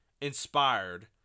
inspired